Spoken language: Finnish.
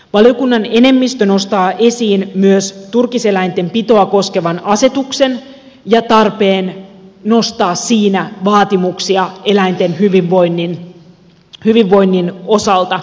valiokunnan enemmistö nostaa esiin myös turkiseläinten pitoa koskevan asetuksen ja tarpeen nostaa siinä vaatimuksia eläinten hyvinvoinnin osalta